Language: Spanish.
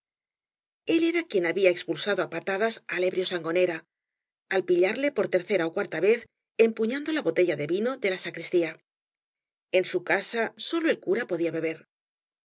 ei era quien habla expulsado á patadas al ebrio sangonera al pillarla por tercera ó cuarta vez empuñando la botella de vino de la sacristía en bu casa sólo el cura podía beber